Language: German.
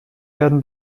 werden